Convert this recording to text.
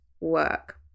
work